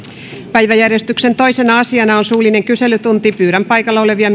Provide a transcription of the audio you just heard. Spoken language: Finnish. päiväjärjestyksen toisena asiana on suullinen kyselytunti pyydän paikalla olevia